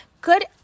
good